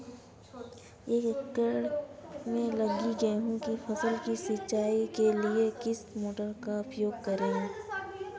एक एकड़ में लगी गेहूँ की फसल की सिंचाई के लिए किस मोटर का उपयोग करें?